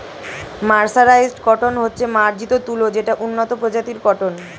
mercerised cotton হচ্ছে মার্জিত তুলো যেটা উন্নত প্রজাতির কটন